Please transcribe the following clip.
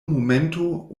momento